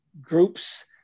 groups